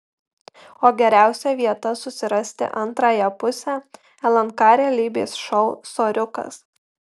o geriausia vieta susirasti antrąją pusę lnk realybės šou soriukas